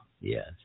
Yes